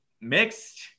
mixed